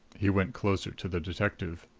he went closer to the detective.